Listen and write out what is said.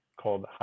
called